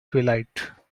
twilight